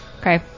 Okay